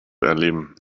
erleben